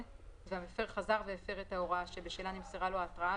והמפר חזר והפר את ההוראה שבשלה נמסרה לו ההתראה,